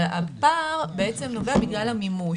אבל הפער בעצם נובע בגלל המימוש.